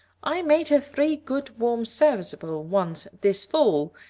i made her three good, warm, serviceable ones this fall,